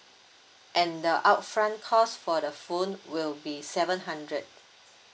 and the upfront cost for the phone will be seven hundred